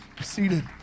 seated